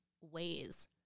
ways